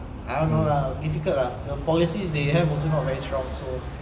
I don't know lah difficult lah the policies they have also not very strong so